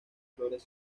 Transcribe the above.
flores